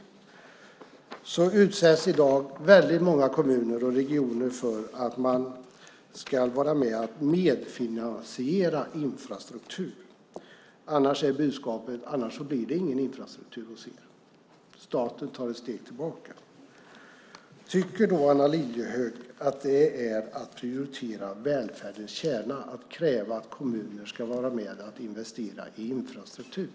I dag utsätts väldigt många kommuner och regioner för detta med att man ska vara med och medfinansiera infrastruktur. Annars är budskapet: Då blir det ingen infrastruktur hos er. Staten tar ett steg tillbaka. Tycker Anna Lilliehöök att det är att prioritera välfärdens kärna att kräva att kommuner ska vara med och investera i infrastruktur?